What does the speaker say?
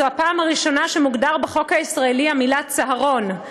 זו הפעם הראשונה שמוגדרת בחוק הישראלי המילה צהרון.